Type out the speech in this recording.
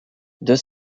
deux